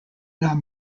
not